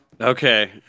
Okay